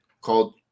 called